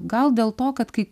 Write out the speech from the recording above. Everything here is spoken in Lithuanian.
gal dėl to kad kai